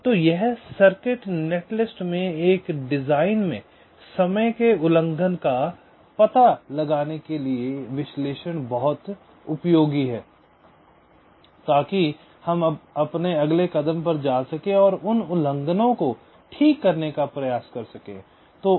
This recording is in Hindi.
तो यह सर्किट नेटलिस्ट में एक डिजाइन में समय के उल्लंघन का पता लगाने के लिए विश्लेषण बहुत उपयोगी है ताकि हम अगले कदम पर जा सकें और उन उल्लंघनों को ठीक करने का प्रयास कर सकें